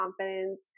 confidence